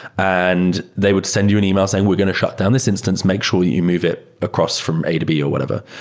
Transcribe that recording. and they would send you an email saying, we're going to shut down this instance. make sure you move it across from a to b or whatever.